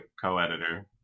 co-editor